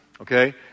okay